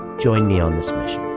join me on this mission